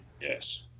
Yes